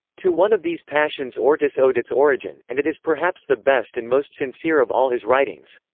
to one of these passions ortis owed its origin, and it is perhaps the best and most sincere of all his writings.